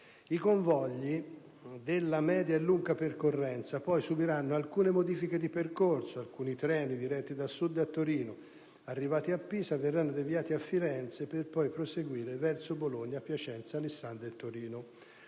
I convogli della media e lunga percorrenza, poi, subiranno alcune modifiche di percorso. Alcuni treni diretti da Sud a Torino, arrivati a Pisa, verranno deviati a Firenze per poi proseguire verso Bologna, Piacenza, Alessandria e Torino.